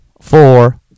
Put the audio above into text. four